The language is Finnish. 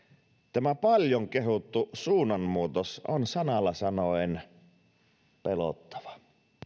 tämä paljon kehuttu suunnanmuutos on sanalla sanoen pelottava